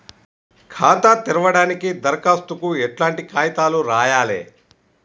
ఖాతా తెరవడానికి దరఖాస్తుకు ఎట్లాంటి కాయితాలు రాయాలే?